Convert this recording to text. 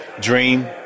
Dream